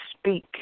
speak